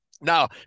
Now